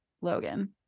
Logan